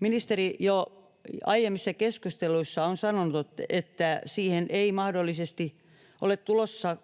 ministeri jo aiemmissa keskusteluissa on sanonut, että siihen ei mahdollisesti ole tulossa